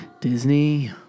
Disney